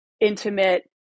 intimate